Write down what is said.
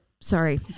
sorry